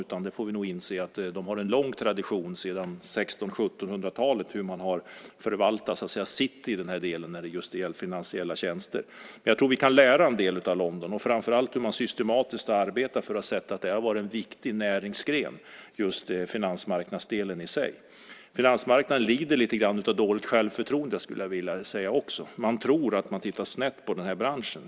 Vi får nog inse att de har en lång tradition sedan 1600 och 1700-talen av hur man förvaltar just finansiella tjänster. Jag tror att vi kan lära en del av London, framför allt hur man arbetar systematiskt. De har sett att just finansmarknadsdelen i sig har varit en viktig näringsgren. Finansmarknaden lider lite grann av dåligt självförtroende, skulle jag vilja säga också. Man tror att det tittas snett på den här branschen.